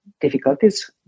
difficulties